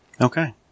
Okay